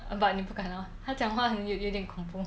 but 你不敢 hor 他讲话有一点恐怖